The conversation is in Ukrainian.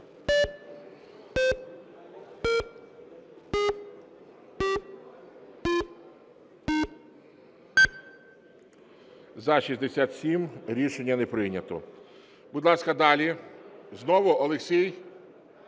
За-67 Рішення не прийнято.